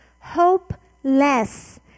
Hopeless